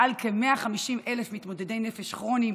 מעל כ-150,000 מתמודדי נפש כרוניים,